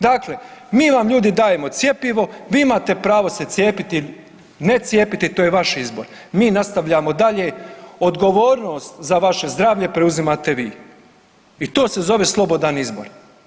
Dakle, mi vam ljudi dajemo cjepivo, vi imate pravo se cijepiti, ne cijepiti, to je vaš izbor, mi nastavljamo dalje, odgovornost za vaše zdravlje preuzimate vi i to se zove slobodan izbor.